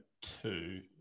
two